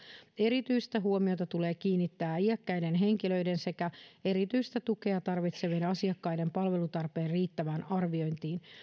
erityistä huomiota tulee kiinnittää iäkkäiden henkilöiden sekä erityistä tukea tarvitsevien asiakkaiden palvelutarpeen riittävään arviointiin